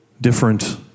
different